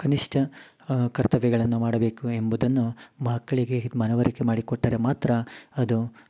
ಕನಿಷ್ಟ ಕರ್ತವ್ಯಗಳನ್ನ ಮಾಡಬೇಕು ಎಂಬುದನ್ನು ಮಕ್ಕಳಿಗೆ ಮನವರಿಕೆ ಮಾಡಿಕೊಟ್ಟರೆ ಮಾತ್ರ ಅದು